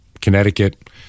Connecticut